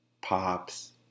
pops